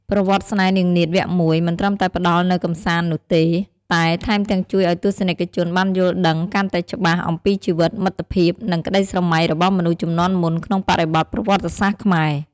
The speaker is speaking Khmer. ប្រវត្តិស្នេហ៍នាងនាថ វគ្គ ១ មិនត្រឹមតែផ្តល់នូវកម្សាន្តនោះទេ តែថែមទាំងជួយឱ្យទស្សនិកជនបានយល់ដឹងកាន់តែច្បាស់អំពីជីវិត មិត្តភាព និងក្តីស្រមៃរបស់មនុស្សជំនាន់មុន ក្នុងបរិបទប្រវត្តិសាស្ត្រខ្មែរ។